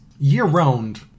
year-round